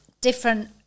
different